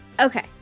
Okay